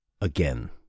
again